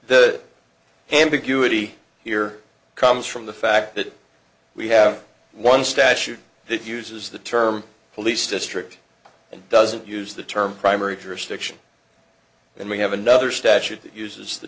the ambiguity here comes from the fact that we have one statute that uses the term police district and doesn't use the term primary jurisdiction and we have another statute that uses the